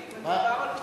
אישית, מדובר על תרומה,